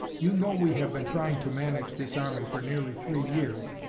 you know we have been trying to manage this army for nearly three years,